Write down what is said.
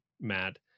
Matt